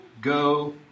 go